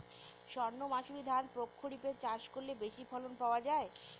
সর্ণমাসুরি ধান প্রক্ষরিপে চাষ করলে বেশি ফলন পাওয়া যায়?